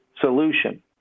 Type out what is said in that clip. solution